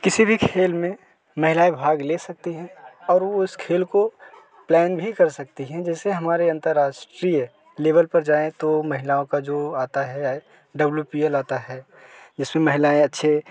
किसी भी खेल में महिलाएँ भाग ले सकती हैं और ऊ इस खेल को प्लॅन भी कर सकती हैं जैसे हमारे अंतर्राष्ट्रीय लेवल पर जाएँ तो महिलाओं का जो आता है डबल्यूपीएल आता है जिसमें महिलाएँ अच्छे